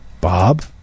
Bob